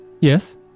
Yes